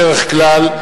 בדרך כלל,